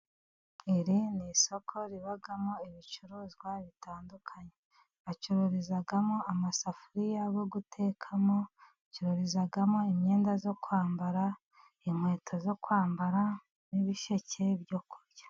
Iri ni isoko ribamo ibicuruzwa bitandukanye, bacururizamo amasafuriya yo gutekamo, bacururizamo imyenda yo kwambara, inkweto zo kwambara, n'ibisheke byo kurya.